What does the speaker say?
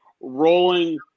rolling